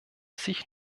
sich